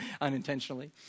unintentionally